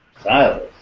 Silas